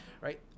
right